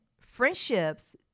Friendships